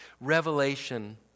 Revelation